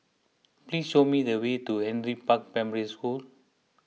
please show me the way to Henry Park Primary School